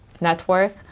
network